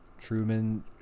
Truman